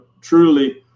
truly